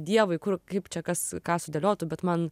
dievui kur kaip čia kas ką sudėliotų bet man